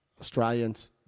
Australians